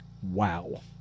Wow